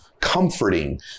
comforting